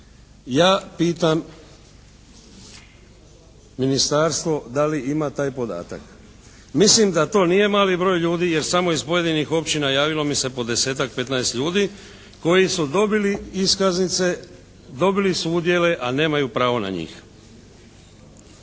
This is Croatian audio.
ja pitam ministarstvo da li ima taj podatak? Mislim da to nije mali broj ljudi jer samo iz pojedinih općina javilo mi se po 10-tak, 15 ljudi koji su dobili iskaznice, dobili su udjele, a nemaju pravo na njih.